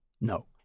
no